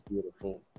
beautiful